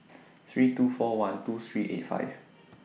three two four one two three eight five